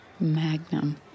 Magnum